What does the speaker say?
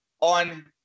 on